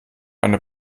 eine